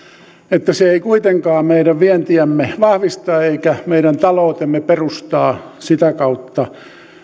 että se ei kuitenkaan meidän vientiämme vahvista eikä meidän taloutemme perustaa sitä kautta